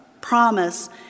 promise